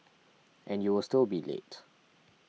and you will still be late